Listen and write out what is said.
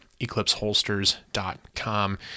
EclipseHolsters.com